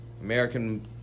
American